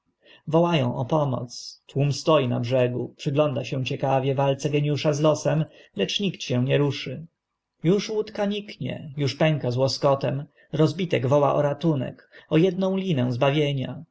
ą o pomoc tłum stoi na brzegu przygląda się ciekawie walce geniuszu z losem lecz nikt się ani ruszy już łódka niknie uż pęka z łoskotem rozbitek woła o ratunek o edną linę zbawienia